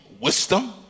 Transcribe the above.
wisdom